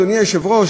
אדוני היושב-ראש,